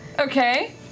Okay